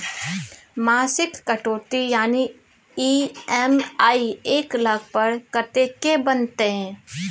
मासिक कटौती यानी ई.एम.आई एक लाख पर कत्ते के बनते?